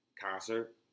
concert